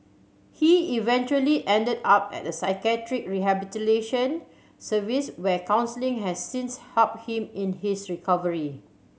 he eventually ended up at a psychiatric rehabilitation service where counselling has since helped him in his recovery